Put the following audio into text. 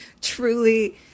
Truly